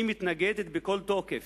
היא מתנגדת בכל תוקף